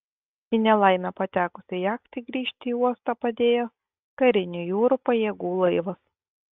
į nelaimę patekusiai jachtai grįžti į uostą padėjo karinių jūrų pajėgų laivas